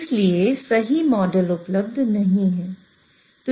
इसलिए सही मॉडल उपलब्ध नहीं है